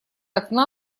окна